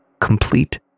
complete